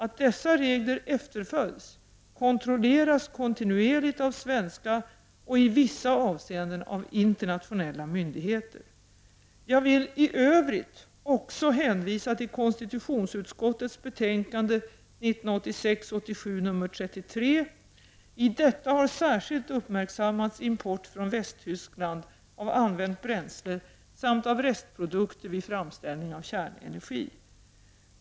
Att dessa regler efterföljs kontrolleras kontinuerligt av svenska och i vissa avseenden av internationella myndigheter. Jag vill i övrigt också hänvisa till konstitutionsutskottes betänkande KU 1986/87:33 s. 79 ff. I detta har särskilt uppmärksammats import från Västtyskland av använt bränsle samt av restprodukter vid framställning av kärnenergi.